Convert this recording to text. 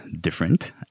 different